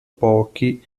pochi